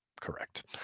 Correct